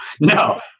no